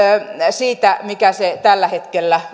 siitä mikä se tällä hetkellä